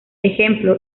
ejemplo